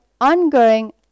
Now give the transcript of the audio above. ongoing